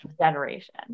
generation